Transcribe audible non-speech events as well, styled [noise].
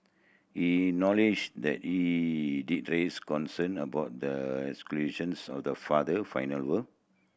he knowledge that he did raise concern about the [unintelligible] of the father final [unintelligible]